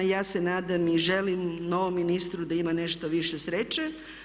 Ja se nadam i želim novom ministru da ima nešto više sreće.